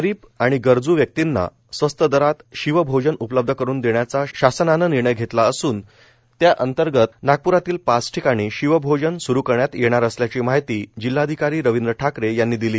गरीब आणि गरजू व्यक्तिंना स्वस्त दरात शिवभोजन उपलब्ध करुन देण्याचा शासनाने निर्णय घेतला असून त्याअंतर्गत नागप्रातील पाच ठिकाणी शिवभोजन सुरु करण्यात येणार असल्याची माहिती जिल्हाधिकारी रविंद्र ठाकरे यांनी दिली